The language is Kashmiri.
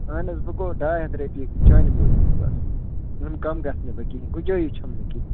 اَہَن حظ وَ گوٚو ڈاے ہَتھ رۄپیہِ چانہِ موٗجوٗب بَس یِم کَم گژھنہٕ بہٕ کِہیٖنۍ گُنٛجٲیی چھَم نہٕ کیٚنٛہہ